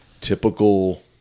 typical